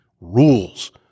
rules